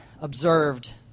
observed